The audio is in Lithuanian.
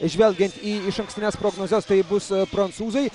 žvelgiant į išankstines prognozes tai bus prancūzai